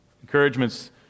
Encouragement's